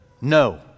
No